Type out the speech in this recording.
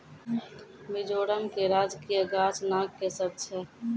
मिजोरम के राजकीय गाछ नागकेशर छै